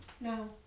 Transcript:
No